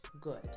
good